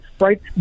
right